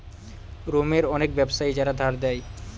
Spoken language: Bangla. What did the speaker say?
রোমের অনেক ব্যাবসায়ী যারা ধার দেয়